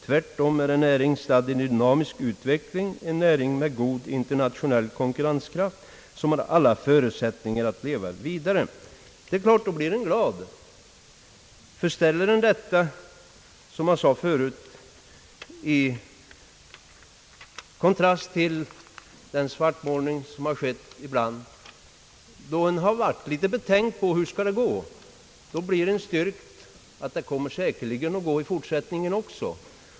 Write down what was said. Tvärtom är det en näring stadd i dynamisk utveckling, en näring med god internationell konkurrenskraft, som har alla förutsättningar att leva vidare.» Man blir som sagt glad av sådana uttalanden. De tidigare svartmålningarna gjorde kanske att man blev litet betänksam inför framtiden, men yttranden som detta stärker övertygelsen att det kommer att gå bra i fortsättningen också.